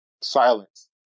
silence